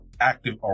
active